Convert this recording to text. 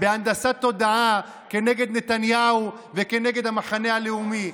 בהנדסת תודעה כנגד נתניהו וכנגד המחנה הלאומי.